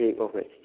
ठीक है फिर